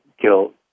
guilt